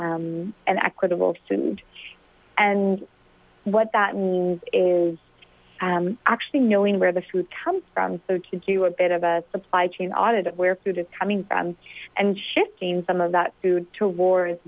and equitable sue and what that means is actually knowing where the food comes from so to do a bit of a supply chain audit of where food is coming from and shifting some of that food to war is